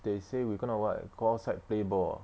they say we going to [what] go outside play ball ah